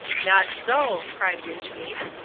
not so, cried wynchgate,